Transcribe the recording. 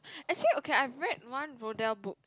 actually okay I red one roll dial book